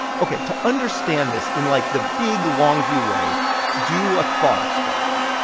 ok, to understand this in like the big long view way do a thought experiment.